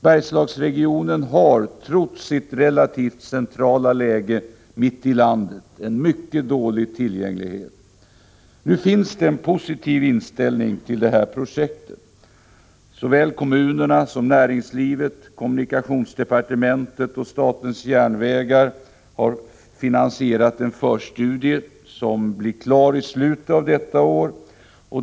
Bergslagsregionen har trots sitt relativt centrala läge mitt i landet en mycket dålig tillgänglighet. Nu finns det en positiv inställning till detta projekt från såväl kommunerna och näringslivet som kommunikationsdepartementet och statens järnvägar. Dessa intressenter har finansierat en förstudie som blir klar i slutet av detta år.